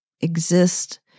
exist